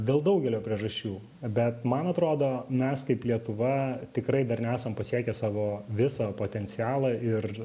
dėl daugelio priežasčių bet man atrodo mes kaip lietuva tikrai dar nesam pasiekę savo viso potencialą ir